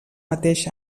mateix